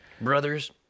Brothers